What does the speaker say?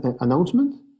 announcement